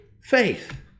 Faith